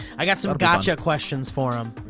i got some gotcha questions for em.